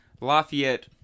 Lafayette